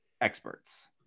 experts